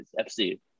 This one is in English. FC